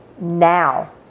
now